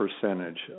percentage